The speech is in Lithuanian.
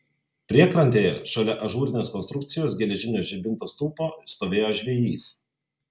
priekrantėje šalia ažūrinės konstrukcijos geležinio žibinto stulpo stovėjo žvejys